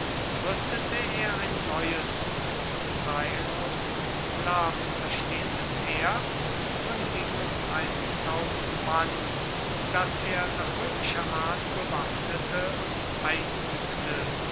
rüstete er ein neues zum teil aus sklaven bestehendes heer von mann das er nach römischer art bewaffnete und einübte